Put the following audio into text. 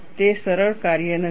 તે સરળ કાર્ય નથી